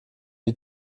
die